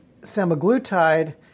semaglutide